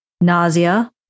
nausea